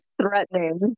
threatening